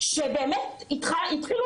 שבסוף נצטרך